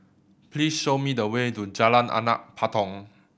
please show me the way to Jalan Anak Patong